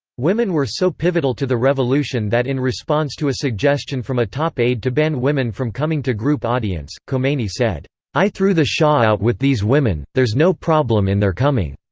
women were so pivotal to the revolution that in response to a suggestion from a top aid to ban women from coming to group audience, khomeini said i threw the shah out with these women, there's no problem in their coming.